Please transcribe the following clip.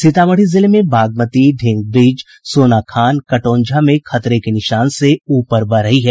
सीतामढ़ी जिले में बागमती ढेंग ब्रिज सोना खान कटौंझा में खतरे के निशान से ऊपर बह रही है